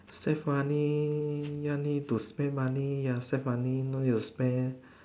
save money don't need to spend money ya save money don't need to spend